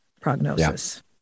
prognosis